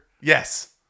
Yes